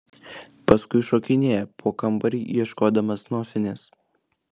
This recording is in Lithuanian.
paskui šokinėja po kambarį ieškodamas nosinės